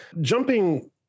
Jumping